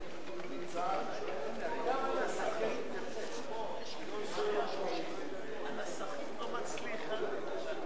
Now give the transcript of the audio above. ההצעה להסיר מסדר-היום את הצעת חוק מס ערך מוסף (תיקון,